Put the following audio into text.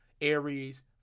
Aries